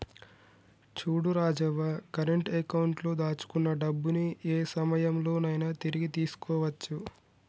చూడు Rajavva current account లో దాచుకున్న డబ్బుని ఏ సమయంలో నైనా తిరిగి తీసుకోవచ్చు